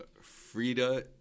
Frida